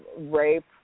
rape